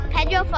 Pedro